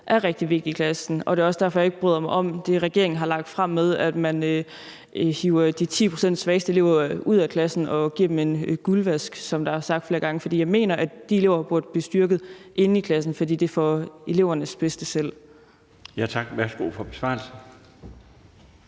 er rigtig vigtigt i klassen. Det er også derfor, at jeg ikke bryder mig om det, regeringen har lagt frem med, at man hiver de 10 pct. svageste elever ud af klassen og giver dem en guldvask, som der er sagt flere gange, for jeg mener, at de elever burde blive styrket inde i klassen, for det er af hensyn til elevernes bedste selv. Kl. 17:48 Den fg. formand